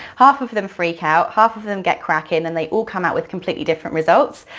half of them freak out, half of them get cracking, and they all come out with completely different results,